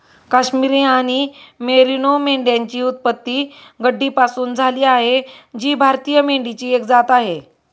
काश्मिरी आणि मेरिनो मेंढ्यांची उत्पत्ती गड्डीपासून झाली आहे जी भारतीय मेंढीची एक जात आहे